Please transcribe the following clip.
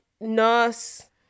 nurse